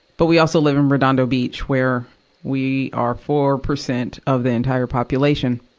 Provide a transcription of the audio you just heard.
but we also live in redondo beach, where we are four percent of the entire population.